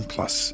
Plus